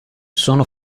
sono